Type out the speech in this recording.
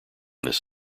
this